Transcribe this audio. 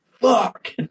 fuck